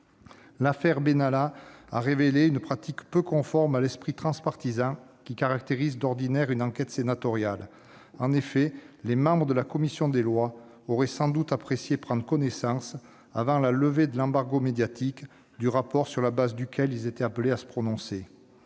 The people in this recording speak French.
L'affaire Benalla a révélé une pratique peu conforme à l'esprit transpartisan qui caractérise d'ordinaire une enquête sénatoriale. En effet, les membres de la commission des lois auraient sans doute apprécié de prendre connaissance, avant la levée de l'embargo médiatique, du rapport sur la base duquel ils étaient appelés à se prononcer.